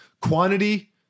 quantity